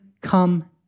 come